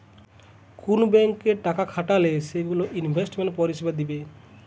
কুন ব্যাংকে টাকা খাটালে সেগুলো ইনভেস্টমেন্ট পরিষেবা দিবে